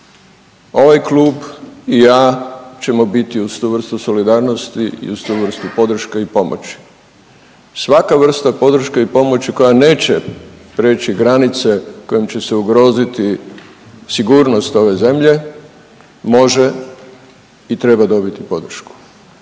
ovaj klub i ja ćemo biti uz tu vrstu solidarnosti i uz tu vrstu podrške i pomoći. Svaka vrsta podrške i pomoći koja neće preći granice kojim će se ugroziti sigurnost ove zemlje može i treba dobiti podršku.